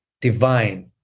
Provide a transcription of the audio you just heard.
divine